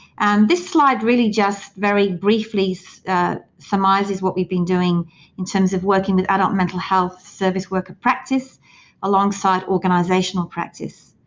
this slide really just very briefly summarises what we've been doing in terms of working with adult mental health service worker practice alongside organisational practice.